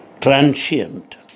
transient